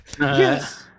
Yes